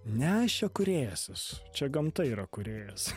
ne aš čia kūrėjas esu čia gamta yra kūrėjas